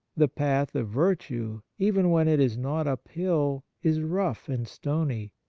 the path of virtue, even when it is not uphill, is rough and stony,